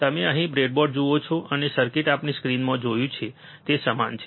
તમે અહીં બ્રેડબોર્ડ જુઓ છો અને સર્કિટ આપણે સ્ક્રીનમાં જોયું છે તે સમાન છે